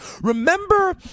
Remember